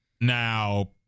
Now